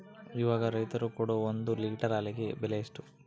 ಇವಾಗ ರೈತರು ಕೊಡೊ ಒಂದು ಲೇಟರ್ ಹಾಲಿಗೆ ಬೆಲೆ ಎಷ್ಟು?